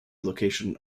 location